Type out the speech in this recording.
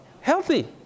healthy